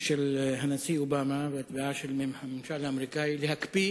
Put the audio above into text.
של הנשיא אובמה ולתביעה של הממשל האמריקני להקפיא